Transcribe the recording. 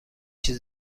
چیز